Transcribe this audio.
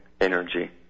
energy